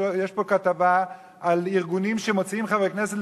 יש פה כתבה על ארגונים שמוציאים חברי כנסת